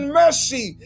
mercy